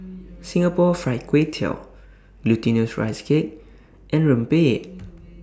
Singapore Fried Kway Tiao Glutinous Rice Cake and Rempeyek